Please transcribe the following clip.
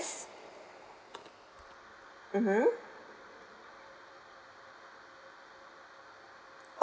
mmhmm okay